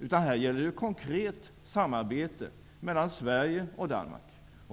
utan här gäller det konkret samarbete mellan Sverige och Danmark.